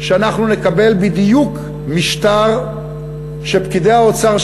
שאנחנו נקבל בדיוק משטר שפקידי האוצר,